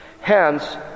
Hence